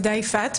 יפעת.